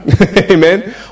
Amen